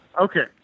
Okay